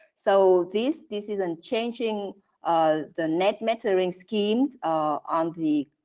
so, this this is and changing ah the net metering schemes on the